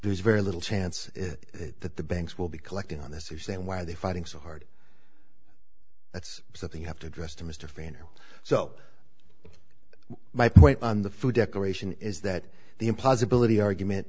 there's very little chance that the banks will be collecting on this are saying why are they fighting so hard that's something you have to address to mr fanner so my point on the food decoration is that the implausibility argument